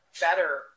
better